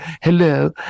Hello